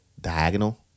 diagonal